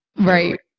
right